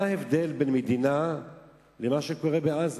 מה ההבדל בין מדינה לבין מה שקורה בעזה?